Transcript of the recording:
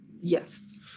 Yes